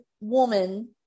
woman